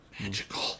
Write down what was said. magical